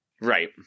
Right